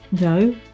No